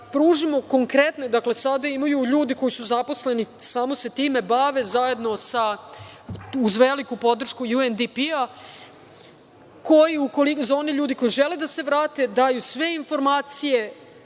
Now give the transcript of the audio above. pružimo konkretno, dakle, sada imaju ljude koji su zaposleni, samo se time bave zajedno uz veliku podršku UNDP, za one ljude koji žele da se vrate daju sve informacije,